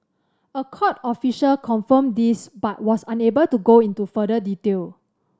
a court official confirmed this but was unable to go into further detail